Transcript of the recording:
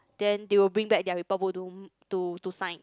then they will bring back their report book to to to sign